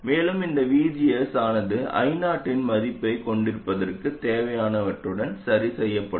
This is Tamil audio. மேலும் இந்த VGS ஆனது I0 இன் மதிப்பைக் கொண்டிருப்பதற்குத் தேவையானவற்றுடன் சரிசெய்யப்படும்